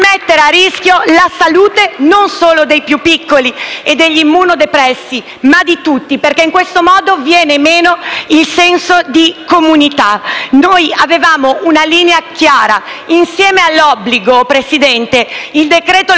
mettere a rischio la salute non solo dei più piccoli e degli immunodepressi, ma di tutti, perché in questo modo viene meno il senso di comunità. Noi avevamo una linea chiara: insieme all'obbligo, signor Presidente, il decreto Lorenzin